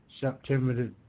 September